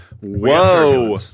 Whoa